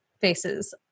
faces